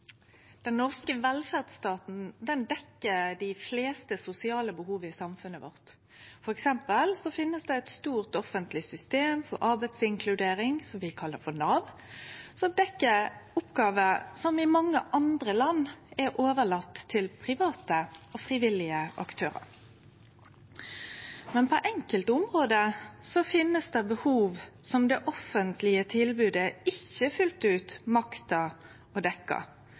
Den norske velferdsstaten dekkjer dei fleste sosiale behova i samfunnet vårt. For eksempel finst det eit stort offentleg system for arbeidsinkludering, som vi kallar Nav, som dekkjer oppgåver som i mange andre land er overlatne til private og frivillige aktørar. Men på enkelte område finst det behov som det offentlege tilbodet ikkje fullt ut maktar å dekkje, bl.a. når det gjeld ungdom, utanforskap, eldreomsorg og